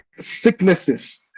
sicknesses